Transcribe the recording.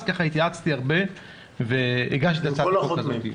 התייעצתי הרבה והגשתי את הצעת החוק הזאת.